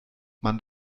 man